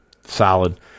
solid